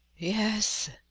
yes,